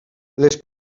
les